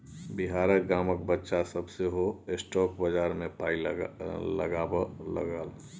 बिहारक गामक बच्चा सभ सेहो स्टॉक बजार मे पाय लगबै लागल